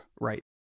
right